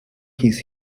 his